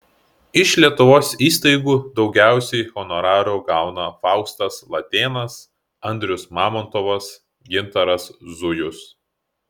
iš lietuvos įstaigų daugiausiai honorarų gauna faustas latėnas andrius mamontovas gintaras zujus